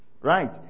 Right